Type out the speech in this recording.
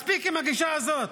מספיק עם הגישה הזאת.